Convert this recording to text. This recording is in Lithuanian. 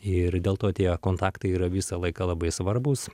ir dėl to tie kontaktai yra visą laiką labai svarbus